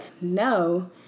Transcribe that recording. no